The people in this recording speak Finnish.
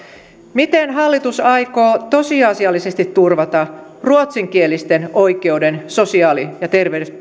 miten hallitus aikoo tosiasiallisesti turvata ruotsinkielisten oikeuden sosiaali ja